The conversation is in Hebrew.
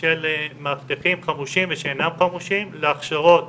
של מאבטחים חמושים ושאינם חמושים להכשרות